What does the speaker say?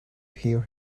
hear